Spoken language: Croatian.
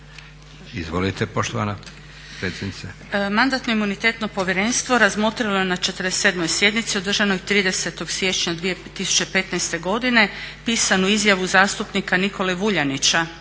**Sobol, Gordana (SDP)** Mandatno-imunitetno povjerenstvo je na 47.sjednici održanoj 30.siječnja 2015.godine pisanu izjavu zastupnika Nikole Vuljanića